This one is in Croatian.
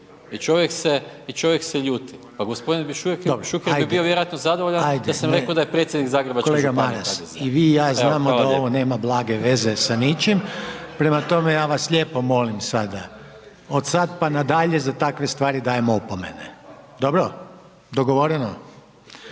i čovjek se ljuti. Pa gospodin Šuker bi bio vjerojatno zadovoljan, da sam rekao da je predsjednik Zagrebačke županije HDZ-a, evo hvala lijepo. **Reiner, Željko (HDZ)** Kolega Maras i vi i ja znamo da ovo nema blage veze sa ničim, prema tome, ja vas lijepo molim sada, od sada pa nadalje, za takve stvari dajem opomene. Dobro,